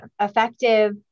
effective